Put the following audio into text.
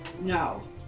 No